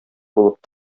булып